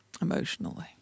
emotionally